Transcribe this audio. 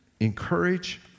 encourage